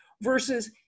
versus